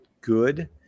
good